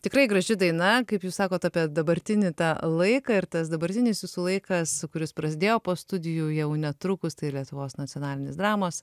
tikrai graži daina kaip jūs sakot apie dabartinį tą laiką ir tas dabartinis jūsų laikas kuris prasidėjo po studijų jau netrukus tai lietuvos nacionalinis dramos